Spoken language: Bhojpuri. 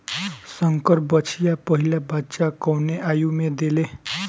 संकर बछिया पहिला बच्चा कवने आयु में देले?